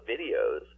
videos